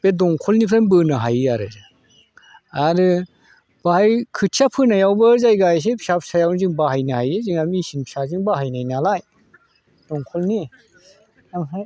बे दंखलनिफ्रायनो बोनो हायो आरो आरो बाहाय खोथिया फोनायावबो जायगा एसे फिसा फिसायावनो जों बाहायनो हायो जोंहा मेचिन फिसाजों बाहायनाय नालाय दंंखलनि आमफ्राय